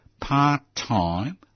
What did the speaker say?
part-time